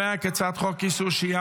אני קובע כי הצעת חוק איסור שהייה